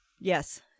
Yes